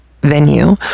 venue